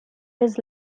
his